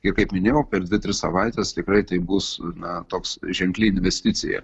ir kaip minėjau per dvi tris savaites tikrai tai bus na toks ženkli investicija